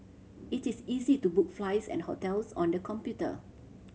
it is easy to book flights and hotels on the computer